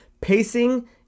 Pacing